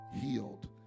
healed